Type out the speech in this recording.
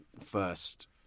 first